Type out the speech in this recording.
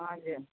हजुर